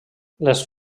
les